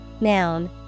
noun